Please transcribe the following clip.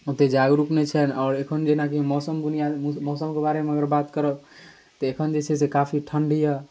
ओतेक जागरूक नहि छनि आओर एखन जेनाकि मौसम बुनियादी मौसमके बारेमे अगर बात करब तऽ एखन जे छै से काफी ठण्ड अइ